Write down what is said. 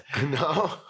No